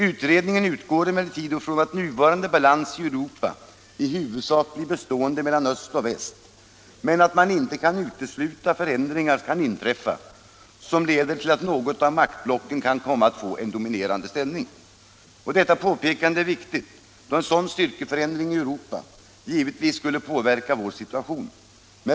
Utredningen utgår emellertid ifrån att nuvarande balans i Europa i huvudsak blir bestående mellan öst och väst, men att man inte kan utesluta att förändringar kan inträffa som leder till att något av maktblocken kan komma att få en dominerande ställning. Detta påpekande är viktigt, då en sådan styrkeförändring i Europa givetvis skulle påverka vår situation.